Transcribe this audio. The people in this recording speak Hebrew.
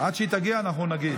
עד שהיא תגיע אנחנו נגיד.